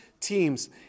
teams